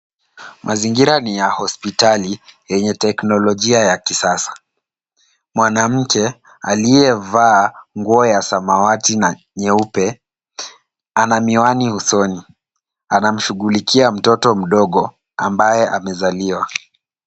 Mazingira ni ya hospitali yenye teknolojia ya kisasa. Mwanamke aliyevaa nguo ya samawati na nyeupe, ana miwani usoni. Anamshughulikia mtoto mdogo ambaye amezaliwa.